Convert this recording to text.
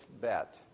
bet